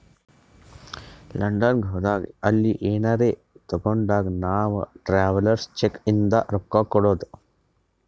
London ಹೋದಾಗ ಅಲ್ಲಿ ಏನರೆ ತಾಗೊಂಡಾಗ್ ನಾವ್ ಟ್ರಾವೆಲರ್ಸ್ ಚೆಕ್ ಇಂದ ರೊಕ್ಕಾ ಕೊಡ್ಬೋದ್